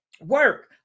Work